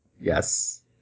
Yes